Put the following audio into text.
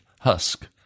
husk